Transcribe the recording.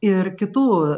ir kitų